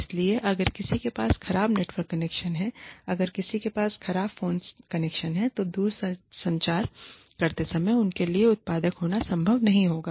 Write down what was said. इसलिए अगर किसी के पास खराब नेटवर्क कनेक्शन है अगर किसी के पास खराब फोन कनेक्शन है तो दूरसंचार करते समय उनके लिए उत्पादक होना संभव नहीं होगा